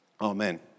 Amen